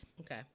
Okay